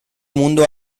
mundo